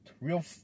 Real